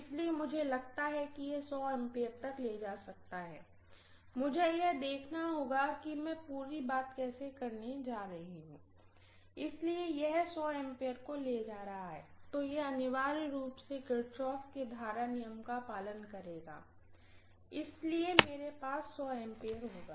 इसलिए मुझे लगता है कि यह A तक ले जा सकता है मुझे यह देखना होगा कि मैं पूरी बात कैसे करने जा रही हूँ इसलिए यदि यह A को ले जा रहा है तो यह अनिवार्य रूप से किरचॉफ के करंट नियम का पालन करेगा इसलिए मेरे पास A होगा